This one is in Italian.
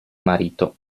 marito